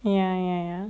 ya ya ya